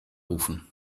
rufen